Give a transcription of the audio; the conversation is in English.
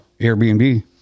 Airbnb